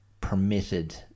permitted